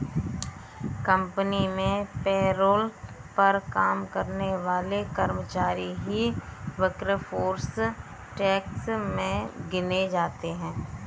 company में payroll पर काम करने वाले कर्मचारी ही वर्कफोर्स टैक्स में गिने जाते है